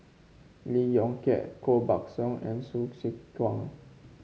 Lee Yong Kiat Koh Buck Song and Hsu Tse Kwang